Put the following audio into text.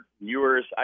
viewers